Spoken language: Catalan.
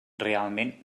realment